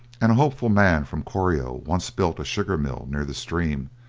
and a hopeful man from corio once built a sugar-mill near the stream,